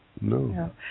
no